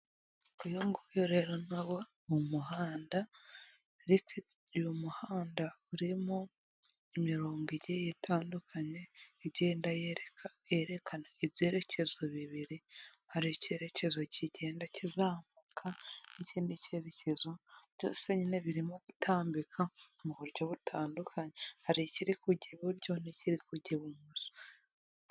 Uyu nguyu rero nawo ni muhanda, uyu muhanda urimo imirongo itandukanye, igenda yereka yerekana ibyerekezo bibiri, hari icyerekezo kigenda kizamuka n'ikindi cyerekezo, byose nyine birimo gutambika mu buryo butandukanye, hari ikiri kujya iburyo n'ikiri kujya ibumoso.